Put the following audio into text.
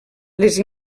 les